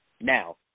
Now